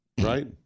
Right